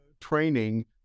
training